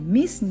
Miss